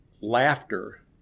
laughter